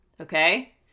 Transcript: okay